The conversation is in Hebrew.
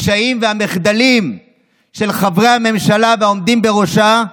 הקשיים והמחדלים של חברי הממשלה והעומדים בראשה,